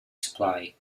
supply